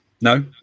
No